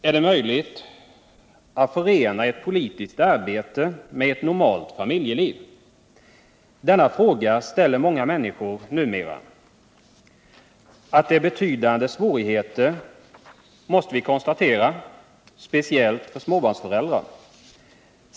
Är det möjligt att förena ett politiskt arbete med ett normalt familjeliv? Denna fråga ställer många människor numera. Att det är betydande svårigheter måste konstateras, speciellt för småbarnsföräldrar.